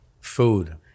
food